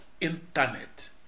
internet